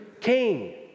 king